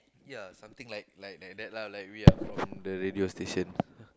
ya something like like that lah we have to from the radio station